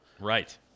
Right